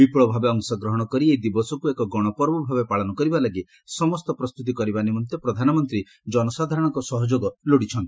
ବିପୁଳ ଭାବେ ଅଂଶଗ୍ରହଣ କରି ଏହି ଦିବସକୁ ଏକ ଗଣପର୍ବ ଭାବେ ପାଳନ କରିବାଲାଗି ସମସ୍ତ ପ୍ରସ୍ତୁତି କରିବା ନିମନ୍ତେ ପ୍ରଧାନମନ୍ତ୍ରୀ ଜନସାଧାରଣଙ୍କ ସହଯୋଗ ଲୋଡ଼ିଛନ୍ତି